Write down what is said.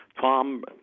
Tom